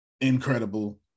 incredible